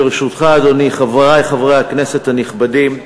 ברשותך, אדוני, חברי חברי הכנסת הנכבדים,